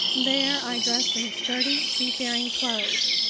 there i dressed in sturdy seafaring clothes.